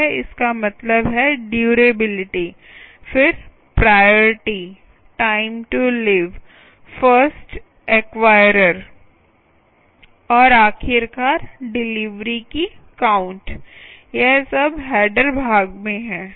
इसका मतलब है डयूरेबिलिटी फिर priority time to live first acquirer और आखिरकार डिलीवरी की काउंट यह सब हेडर भाग में है